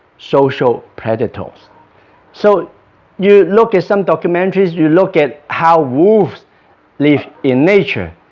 social predators so you look at some documentaries you look at how wolves live in nature.